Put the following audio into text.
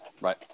right